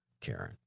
Karen